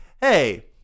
hey